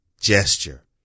gesture